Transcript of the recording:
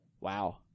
Wow